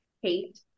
hate